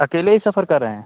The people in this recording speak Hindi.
अकेले ही सफर कर रहे हैं